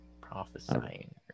prophesying